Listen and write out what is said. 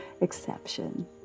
Exception